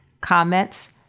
comments